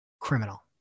criminal